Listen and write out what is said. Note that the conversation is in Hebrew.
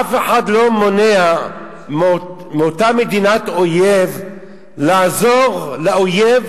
אף אחד לא מונע מאותה מדינת אויב לעזור לאויב